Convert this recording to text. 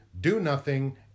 do-nothing